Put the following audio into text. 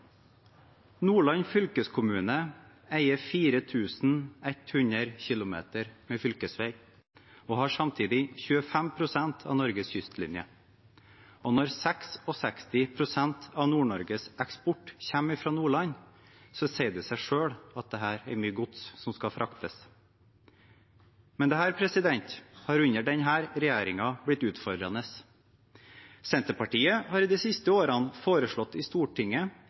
Nordland fylkeskommune eier 4 100 km fylkesvei og har samtidig 25 pst. av Norges kystlinje. Og når 66 pst. av Nord-Norges eksport kommer fra Nordland, sier det seg selv at det er mye gods som skal fraktes. Men dette har under denne regjeringen blitt utfordrende. Senterpartiet har de siste årene foreslått i Stortinget